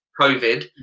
COVID